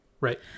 right